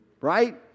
Right